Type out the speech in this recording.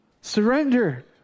Surrender